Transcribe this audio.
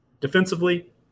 Defensively